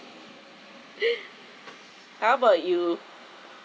how about you